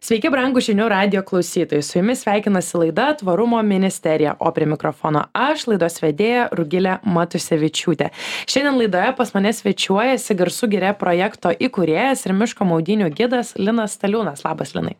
sveiki brangūs žinių radijo klausytojai su jumis sveikinasi laida tvarumo ministerija o prie mikrofono aš laidos vedėja rugilė matusevičiūtė šiandien laidoje pas mane svečiuojasi garsų giria projekto įkūrėjas ir miško maudynių gidas linas staliūnas labas linai